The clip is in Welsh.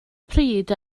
pryd